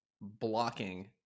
blocking